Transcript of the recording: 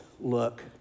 look